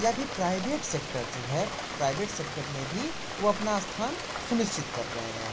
यह भी private sector जो है प्राइवेट सेक्टर में भी वह अपना स्थान सुनिश्चित कर रहे हैं